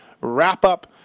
wrap-up